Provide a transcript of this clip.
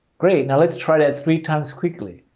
great. now let's try that three times quickly.